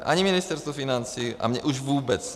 Ani Ministerstvu financí, a mně už vůbec ne.